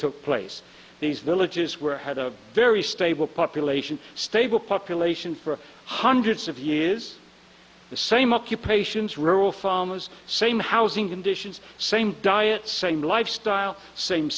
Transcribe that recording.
took place these villages were had a very stable population stable population for hundreds of years the same occupations rural farmers same housing conditions same diet same lifestyle same